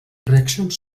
reaccions